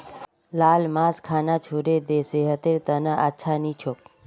लाल मांस खाबा छोड़े दे सेहतेर त न अच्छा नी छोक